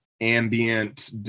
ambient